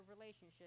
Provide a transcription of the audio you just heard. relationship